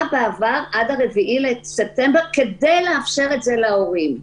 עד ה-4 בספטמבר כדי לאפשר את זה להורים.